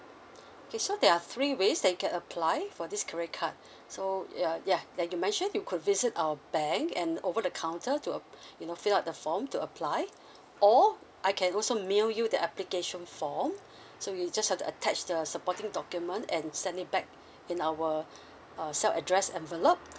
okay so there are three ways that you can apply for this credit card so ya like you mentioned you could visit our bank and over the counter to ap~ you know fill up the form to apply or I can also mail you the application form so you just have to attach the supporting document and send it back in our uh self address envelope